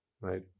right